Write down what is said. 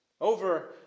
Over